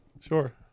Sure